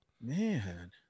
Man